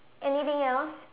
anything else